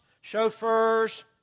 chauffeurs